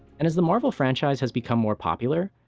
and as the marvel franchise has become more popular,